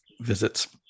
visits